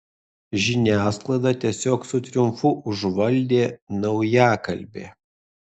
žiniasklaidą tiesiog su triumfu užvaldė naujakalbė